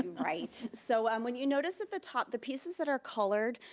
um right, so um when you notice at the top, the pieces that are colored,